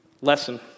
Lesson